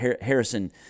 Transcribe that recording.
Harrison